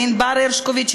לענבר הרשקוביץ,